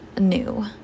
new